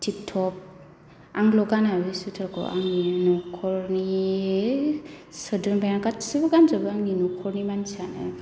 थिक थप आंल' गाना बे सुइथारखौ आंनि नखरनि सोद्रोमाया गासैबो गानजोबो आंनि नखरनि मानसियानो